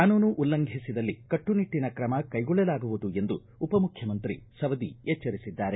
ಕಾನೂನು ಉಲ್ಲಂಘಿಸಿದಲ್ಲಿ ಕಟ್ಟುನಿಟ್ಟನ ಕ್ರಮ ಕೈಗೊಳ್ಳಲಾಗುವುದು ಎಂದು ಉಪಮುಖ್ಯಮಂತ್ರಿ ಸವದಿ ಎಚ್ಚರಿಸಿದ್ದಾರೆ